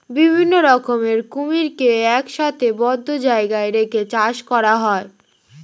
বিভিন্ন রকমের কুমিরকে একসাথে বদ্ধ জায়গায় রেখে চাষ করা হয়